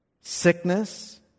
sickness